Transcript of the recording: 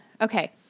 Okay